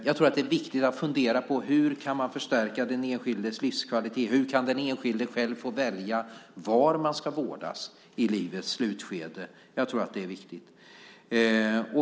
Jag tror att det är viktigt att fundera på hur man kan förstärka den enskildes livskvalitet. Hur kan den enskilde själv få välja var man ska vårdas i livets slutskede? Jag tror att det är viktigt.